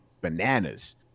bananas